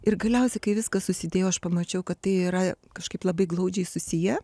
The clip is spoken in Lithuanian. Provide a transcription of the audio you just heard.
ir galiausiai kai viskas susidėjo aš pamačiau kad tai yra kažkaip labai glaudžiai susiję